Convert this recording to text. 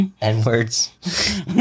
N-Words